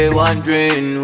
wondering